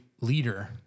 leader